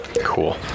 cool